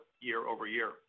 year-over-year